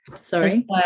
Sorry